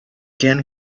can